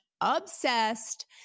Obsessed